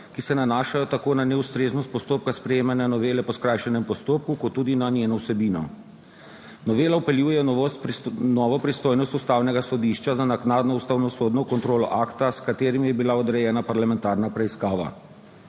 ki se nanašajo tako na neustreznost postopka sprejemanja novele po skrajšanem postopku kot tudi na njeno vsebino. Novela vpeljuje novo pristojnost Ustavnega sodišča za naknadno ustavnosodno kontrolo akta, s katerim je bila odrejena parlamentarna preiskava.